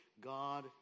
God